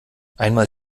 einmal